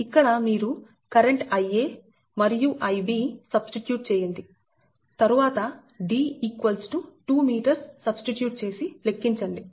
ఇక్కడ మీరు current Ia మరియు Ib సబ్స్టిట్యూట్ చేయండి తరువాత D 2m సబ్స్టిట్యూట్ చేసి లెక్కించండి